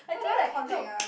what do I collect ah